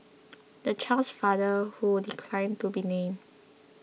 the child's father who declined to be named